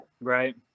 Right